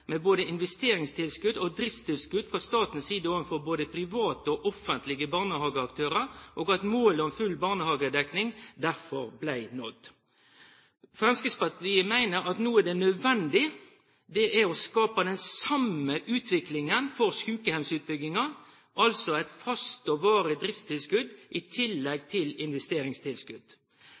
investeringstilskudd og driftstilskudd fra statens side overfor både private og offentlige barnehageaktører, og at målet om full barnehagedekning derfor ble nådd. Fremskrittspartiet mener at det som nå er nødvendig, er å skape den samme utviklingen for sykehjemsutbyggingen, altså et fast og varig driftstilskudd i tillegg til